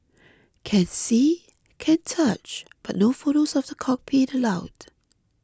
can see can touch but no photos of the cockpit allowed